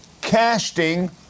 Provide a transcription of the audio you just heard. Casting